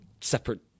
separate